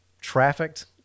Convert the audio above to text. trafficked